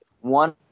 one